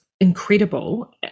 incredible